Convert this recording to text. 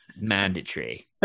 Mandatory